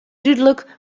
dúdlik